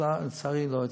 לא הצליח.